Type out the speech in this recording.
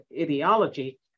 ideology